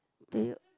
do you